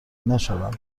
نشوند